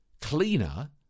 cleaner